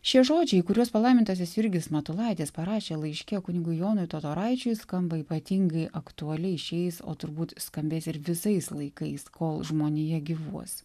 šie žodžiai kuriuos palaimintasis jurgis matulaitis parašė laiške kunigui jonui totoraičiui skamba ypatingai aktualiai šiais o turbūt skambės ir visais laikais kol žmonija gyvuos